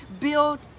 build